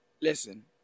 listen